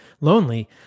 lonely